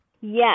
Yes